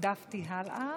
דפדפתי הלאה,